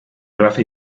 raza